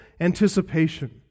anticipation